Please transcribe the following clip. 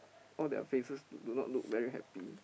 all their faces look do not look very happy